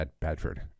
Bedford